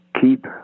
keep